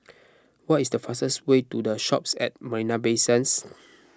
what is the fastest way to the Shoppes at Marina Bay Sands